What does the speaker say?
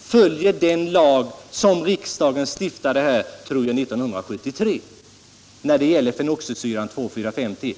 följer den lag som riksdagen stiftade 1973, tror jag att det var, beträffande fenoxisyran 2,4,5-T.